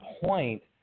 point